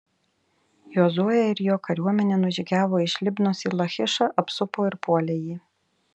jozuė ir jo kariuomenė nužygiavo iš libnos į lachišą apsupo ir puolė jį